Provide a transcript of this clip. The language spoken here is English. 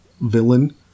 villain